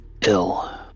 ill